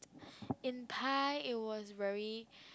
in Thai it was very